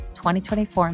2024